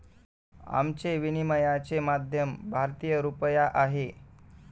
आमचे विनिमयाचे माध्यम भारतीय रुपया आहे